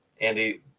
Andy